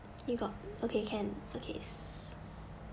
you got okay can okay